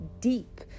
deep